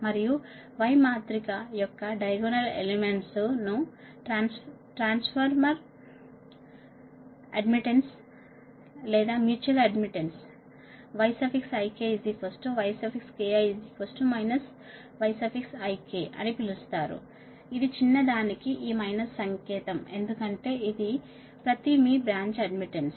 మరియు y మాతృక యొక్క డయాగోనల్ ఎలిమెంట్స్ ను ట్రాన్స్ఫర్ అడ్మిటెన్స్ లేదా మ్యూచువల్ అడ్మిటెన్స్ YikYki yik అని పిలుస్తారు ఇది చిన్నదానికి ఈ మైనస్ సంకేతం ఎందుకంటే ఇది ప్రతి మీ బ్రాంచ్ అడ్మిటెన్స్